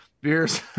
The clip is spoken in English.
beers